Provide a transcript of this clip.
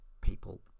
people